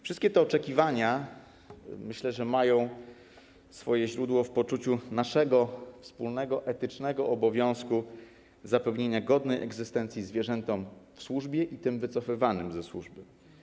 Wszystkie te oczekiwania, myślę, mają swoje źródło w poczuciu naszego wspólnego etycznego obowiązku zapewnienia godnej egzystencji zwierzętom w służbie i tym wycofywanym ze służby.